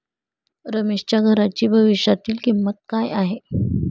रमेशच्या घराची भविष्यातील किंमत काय आहे?